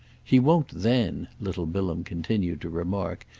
he won't then, little bilham continued to remark,